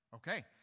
Okay